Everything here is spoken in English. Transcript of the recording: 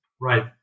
Right